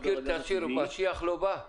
הטבעי -- אתה מכיר את השיר "משיח לא בא"?